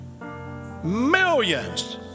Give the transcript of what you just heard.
millions